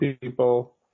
people